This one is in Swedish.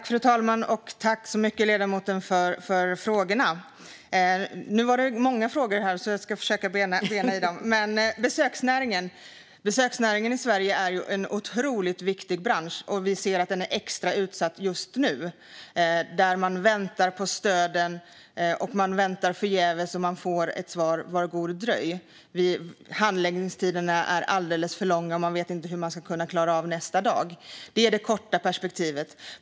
Fru talman! Tack så mycket, ledamoten, för frågorna! De var många, men jag ska försöka bena i dem. Besöksnäringen i Sverige är ju en otroligt viktig bransch, och vi ser att den är extra utsatt just nu. Man väntar på stöden, man väntar förgäves och man får svaret "var god dröj". Handläggningstiderna är alldeles för långa, och man vet inte hur man ska klara nästa dag. Det är det korta perspektivet.